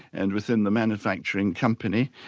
and within the manufacturing company,